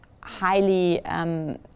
highly